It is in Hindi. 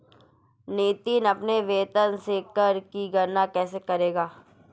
नितिन अपने वेतन से कर की गणना कैसे करेगा?